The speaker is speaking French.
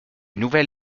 nouvel